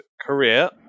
career